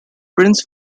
prince